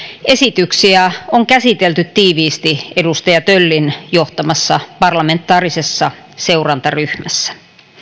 esityksiä on käsitelty tiiviisti edustaja töllin johtamassa parlamentaarisessa seurantaryhmässä